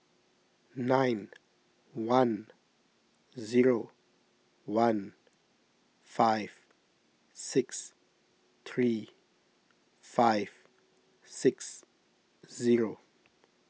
nine one zero one five six three five six zero